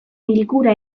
bilkura